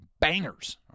bangers